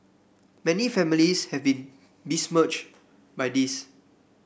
many families have been besmirched by this